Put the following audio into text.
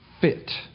fit